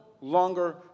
longer